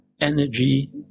energy